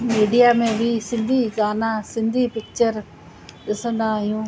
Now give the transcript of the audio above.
media में बि सिंधी गाना सिंधी पिचर ॾिसंदा आहियूं